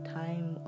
time